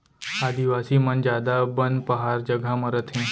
आदिवासी मन जादा बन पहार जघा म रथें